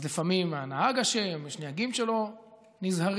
אז לפעמים הנהג אשם, יש נהגים שלא נזהרים,